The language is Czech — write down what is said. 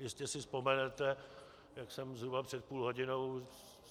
Jistě si vzpomenete, jak jsem zhruba před půl hodinou